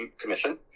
Commission